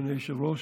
אדוני היושב-ראש,